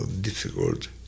difficult